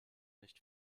nicht